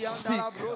speak